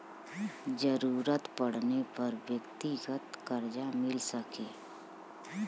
जरूरत पड़ले पर व्यक्तिगत करजा मिल सके